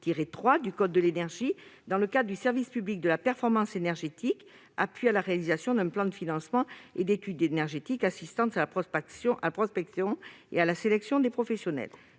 du code de l'énergie, dans le cadre du service public de la performance énergétique, pour appuyer la réalisation d'un plan de financement et d'études énergétiques, et assurer l'assistance à la prospection et à la sélection des professionnels.